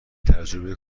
تجربه